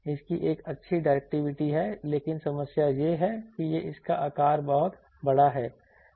इसकी एक अच्छी डायरेक्टिविटी है लेकिन समस्या यह है कि इसका आकार बहुत बड़ा है